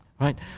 Right